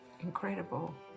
incredible